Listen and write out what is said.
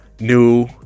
New